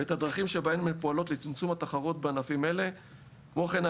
ואת הדרכים שבהן הן פועלות לצמצום התחרות בענפים אלה; כמו כן,